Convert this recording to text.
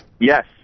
Yes